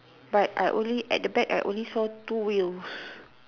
but I only at the back I only saw two wheels